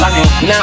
Now